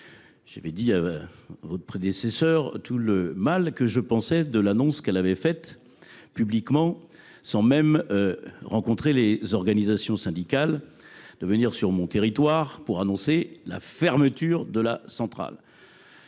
transition écologique tout le mal que je pensais de l’annonce qu’elle avait faite publiquement sans même rencontrer les organisations syndicales : elle était venue sur mon territoire pour annoncer la fermeture de la centrale